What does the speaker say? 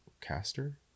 caster